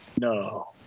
No